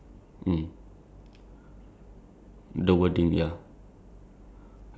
ya there's the no your door does it have North Shore taxi